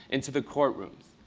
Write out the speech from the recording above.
into the courtrooms.